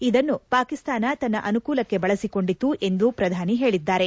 ಇದನ್ನು ಪಾಕಿಸ್ತಾನ ತನ್ನ ಅನುಕೂಲಕ್ಕೆ ಬಳಸಿಕೊಂಡಿತು ಎಂದು ಪ್ರಧಾನಿ ಹೇಳಿದ್ದಾರೆ